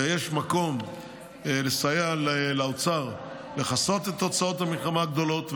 ויש מקום לסייע לאוצר לכסות את הוצאות המלחמה הגדולות.